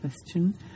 question